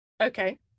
okay